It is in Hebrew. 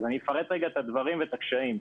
אני אפרט את הדברים ואת הקשיים.